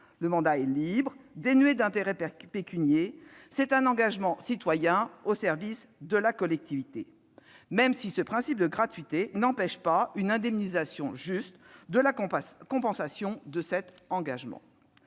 Le mandat est libre, dénué d'intérêt pécuniaire. C'est un engagement citoyen au service de la collectivité, même si le principe de gratuité n'empêche pas une indemnisation, une compensation juste de cet engagement.